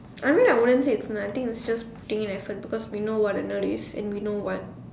I mean I wouldn't say it's nice I think it's just putting in effort because we know what a nerd is and we know what